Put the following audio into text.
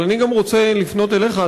אבל אני גם רוצה לפנות אליך,